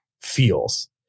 feels